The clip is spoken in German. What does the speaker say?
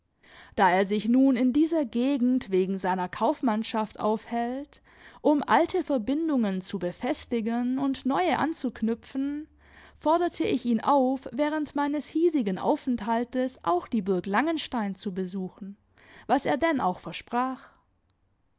da er sich nun in dieser gegend wegen seiner kaufmannschaft aufhält um alte verbindungen zu befestigen und neue anzuknüpfen forderte ich ihn auf während meines hiesigen aufenthaltes auch die burg langenstein zu besuchen was er denn auch versprach